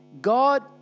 God